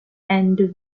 and